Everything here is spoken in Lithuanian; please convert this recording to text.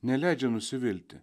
neleidžia nusivilti